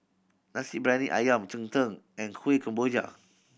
Nasi Briyani Ayam cheng tng and Kuih Kemboja